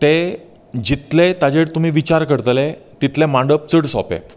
तें जितलें ताजेर तुमी विचार करतलें तितलें मांडप चड सोपें